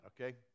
okay